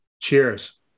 Cheers